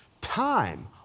Time